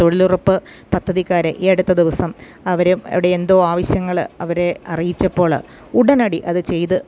തൊഴിലുറുപ്പ് പദ്ധതിക്കാരെ ഈ അടുത്ത ദിവസം അവർ അവിടെ എന്തോ ആവശ്യങ്ങൾ അവരെ അറിയിച്ചപ്പോൾ ഉടനടി അത് ചെയ്തു